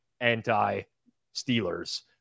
anti-Steelers